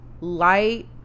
light